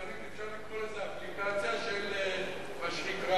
אפשר לקרוא לזה אפליקציה של מה שנקרא